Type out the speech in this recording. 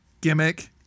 gimmick